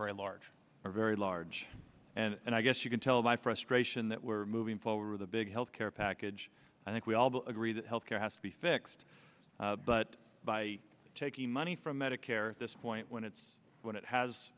very large are very large and i guess you can tell by frustration that we're moving forward with a big health care package i think we all agree that health care has to be fixed but by taking money from medicare this point when it's when it has